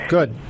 Good